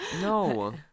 No